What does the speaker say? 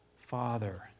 Father